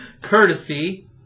courtesy